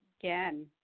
again